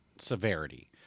severity